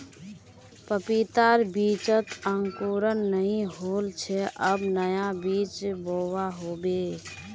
पपीतार बीजत अंकुरण नइ होल छे अब नया बीज बोवा होबे